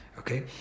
Okay